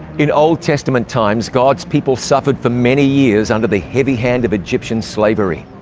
in old testament times, god's people suffered for many years under the heavy hand of egyptian slavery.